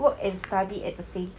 work and study at the same time